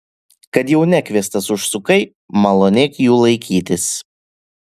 kad jau nekviestas užsukai malonėk jų laikytis